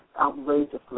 outrageously